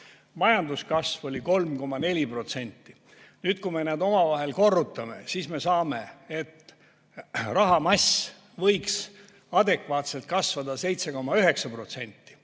majanduskasv oli 3,4%. Kui me need omavahel korrutame, siis me saame, et rahamass võiks adekvaatselt kasvada 7,9%,